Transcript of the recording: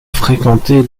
fréquenter